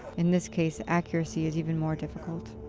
in this case, accuracy is even more difficult.